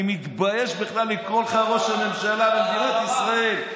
אני מתבייש בכלל לקרוא לך ראש הממשלה במדינת ישראל.